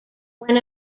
when